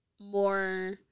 more